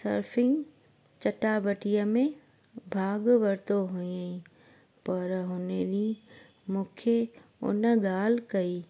surfing चटाबेटीअ में भाॻु वरितो हुयईं पर हुन ॾींहुं मूंखे उन ॻाल्हि कई